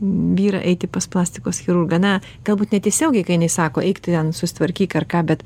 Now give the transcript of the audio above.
vyrą eiti pas plastikos chirurgą na galbūt netiesiogiai kai jinai sako eik ten susitvarkyk ar ką bet